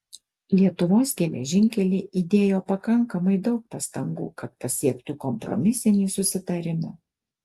lietuvos geležinkeliai įdėjo pakankamai daug pastangų kad pasiektų kompromisinį susitarimą